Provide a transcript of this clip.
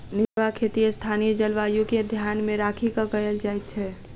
निर्वाह खेती स्थानीय जलवायु के ध्यान मे राखि क कयल जाइत छै